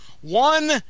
One